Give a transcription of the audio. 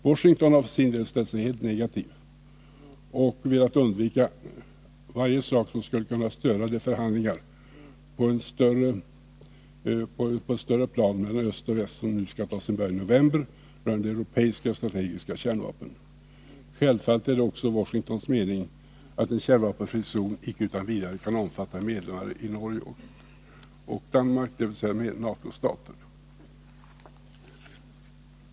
Washington har ställt sig helt negativt och velat undvika allt som skulle kunna störa de förhandlingar på ett högre plan mellan öst och väst som skall ta sin början i november och där europeiska strategiska kärnvapen skall behandlas. Självfallet är det också Washingtons mening, att en kärnvapenfri zon icke utan vidare kan omfatta NATO-staterna Norge och Danmark.